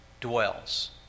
dwells